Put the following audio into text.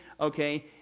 okay